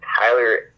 Tyler